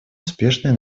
успешное